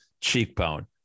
cheekbone